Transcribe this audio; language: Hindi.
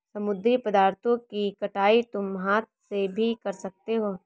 समुद्री पदार्थों की कटाई तुम हाथ से भी कर सकते हो